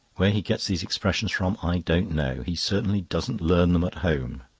where he gets these expressions from i don't know he certainly doesn't learn them at home.